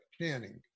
Channing